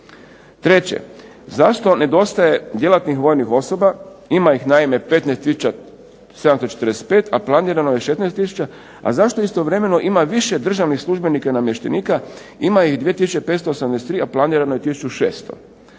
zašto nedostaje djelatnih vojnih osoba, ima ih naime 15 tisuća 745, a planirano je 16 tisuća, a zašto istovremeno ima više državnih službenika i namještenika, ima ih 2 tisuće 583, a planirano je